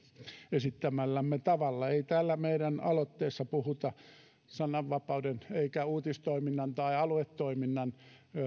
esittämällämme tavalla ei täällä meidän aloitteessamme puhuta sananvapauden eikä uutistoiminnan tai aluetoiminnan